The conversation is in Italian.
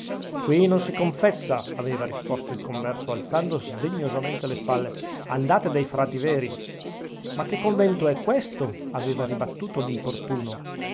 qui non si confessa aveva risposto il converso alzando sdegnosamente le spalle andate dai frati veri ma che convento è questo aveva ribattuto l'importuno